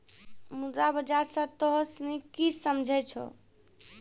मुद्रा बाजार से तोंय सनि की समझै छौं?